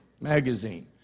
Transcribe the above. magazine